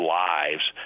lives